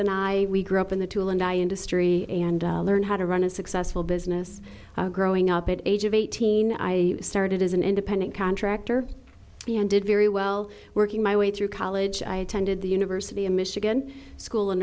and i we grew up in the tool and die industry and learn how to run a successful business growing up at age of eighteen i started as an independent contractor and did very well working my way through college i attended the university of michigan school